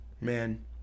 man